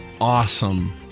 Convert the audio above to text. awesome